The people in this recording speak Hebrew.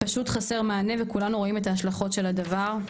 פשוט חסר מענה, וכולנו רואים את ההשלכות של הדבר.